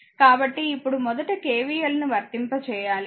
కాబట్టి ఇప్పుడు మొదట KVLను వర్తింప చేయాలి